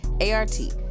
A-R-T